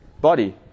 body